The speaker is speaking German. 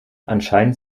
anscheinend